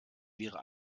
wäre